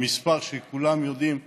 המספר שכולם יודעים במדינה: